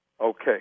Okay